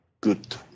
Good